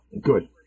Good